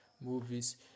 movies